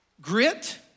Grit